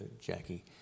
Jackie